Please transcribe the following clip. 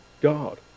God